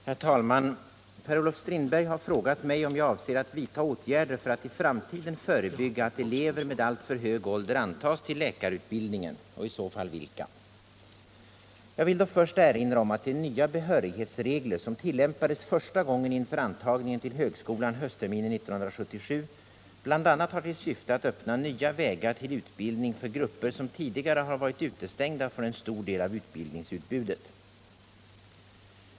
Herr talman! Per-Olof Strindberg har frågat mig om jag avser att vidta åtgärder för att i framtiden förebygga att elever med alltför hög ålder antas till läkarutbildningen och i så fall vilka. Jag vill då först erinra om att de nya behörighetsregler som tillämpades första gången inför antagningen till högskolan höstterminen 1977 bl.a. har till syfte att öppna nya vägar till utbildning för grupper som tidigare har varit utestängda från en stor del av utbildningsutbudet.